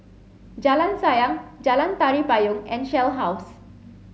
Jalan Sayang Jalan Tari Payong and Shell House